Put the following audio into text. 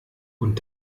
und